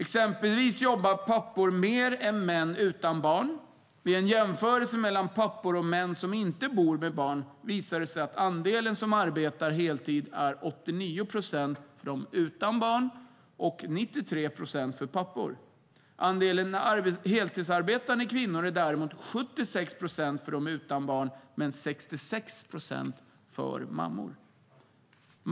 Exempelvis jobbar pappor mer än män utan barn. Vid en jämförelse mellan pappor och män som inte bor med barn visar det sig att andelen som arbetar heltid är 89 procent av dem utan barn och 93 av pappor. Andelen heltidsarbetande kvinnor är däremot 76 procent av dem utan barn men 66 procent av mammor.